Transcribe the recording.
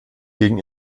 gegen